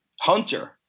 Hunter